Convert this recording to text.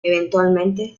eventualmente